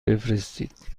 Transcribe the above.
بفرستید